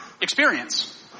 experience